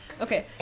okay